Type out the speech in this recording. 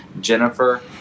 Jennifer